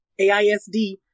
AISD